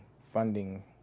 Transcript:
Funding